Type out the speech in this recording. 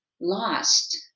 lost